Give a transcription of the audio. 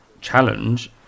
challenge